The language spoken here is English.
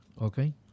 okay